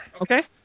Okay